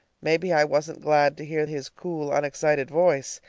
maybe i wasn't glad to hear his cool, unexcited voice!